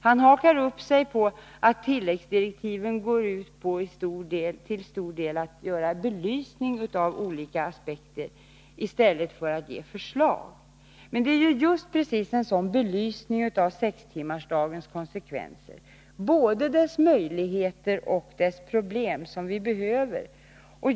Han hakar upp sig på att tilläggsdirektiven till stor del går ut på att belysa olika aspekter i stället för att lägga fram förslag. Men det är just precis en sådan belysning av sextimmarsdagens konsekvenser — både dess möjligheter och dess problem — som vi behöver.